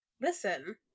listen